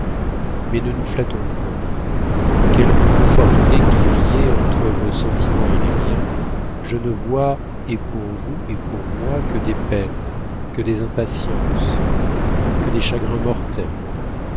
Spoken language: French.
mais ne nous flattons point quelque conformité qu'il y ait entre vos sentiments et les miens je ne vois et pour vous et pour moi que des peines que des impatiences que des chagrins mortels